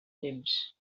temps